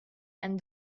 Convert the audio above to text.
and